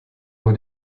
nur